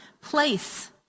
place